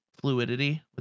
fluidity